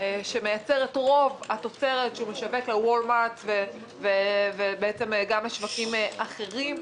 שמייצר את רוב התוצרת שהוא משווק לוולמארט וגם לשווקים אחרים,